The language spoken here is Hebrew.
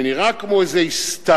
שנראה כמו הסתערות